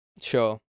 Sure